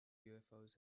ufos